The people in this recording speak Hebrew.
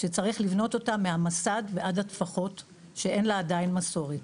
שצריך לבנות אותה מהמסד ועד הטפחות שאין לה עדיין מסורת.